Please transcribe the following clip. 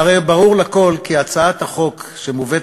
והרי ברור לכול כי הצעת החוק שמובאת